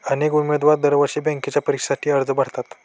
अनेक उमेदवार दरवर्षी बँकेच्या परीक्षेसाठी अर्ज भरतात